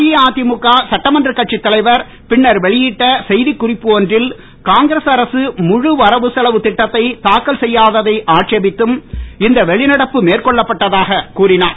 அஇஅதிமுக சட்டமன்ற கட்சி தலைவர் பின்னர் வெளியிட்ட செய்திக்குறிப்பு ஒன்றில் காங்கிரஸ் அரசு முழு வரவு செலவு திட்டத்தை தாக்கல் செய்தாததை ஆட்சேபித்தும் இந்த வெளிநடப்பு மேற்கொள்ளப்பட்டதாக கூறியுள்ளார்